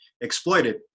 exploited